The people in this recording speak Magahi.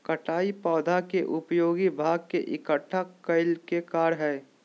कटाई पौधा के उपयोगी भाग के इकट्ठा करय के कार्य हइ